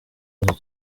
kibazo